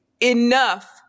enough